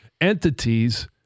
entities